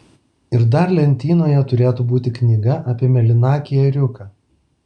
ir dar lentynoje turėtų būti knyga apie mėlynakį ėriuką